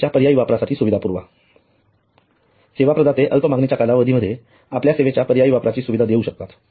सेवेच्या पर्यायी वापरासाठी सुविधा पुरवा सेवा प्रदाते अल्प मागणीच्या कालावधीमध्ये आपल्या सेवेच्या पर्यायी वापराची सुविधा देऊ शकतात